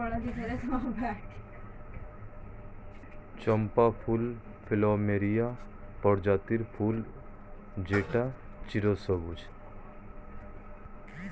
চম্পা ফুল প্লুমেরিয়া প্রজাতির ফুল যেটা চিরসবুজ